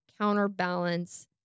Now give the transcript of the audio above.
counterbalance